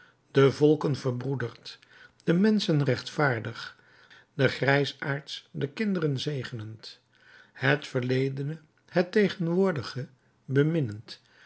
de volken verbroederd de menschen rechtvaardig de grijsaards de kinderen zegenend het verledene het tegenwoordige beminnend